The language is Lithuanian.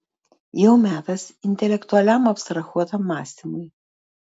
jau metas intelektualiam abstrahuotam mąstymui